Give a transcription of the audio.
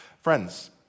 Friends